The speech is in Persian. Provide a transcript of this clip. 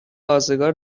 آزگار